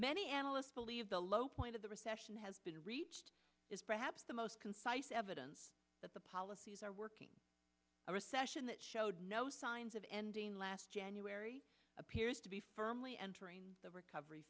many analysts believe the low point of the recession has been reached is perhaps the most concise evidence that the policies are working a recession that showed no signs of ending last january appears to be firmly entering the recovery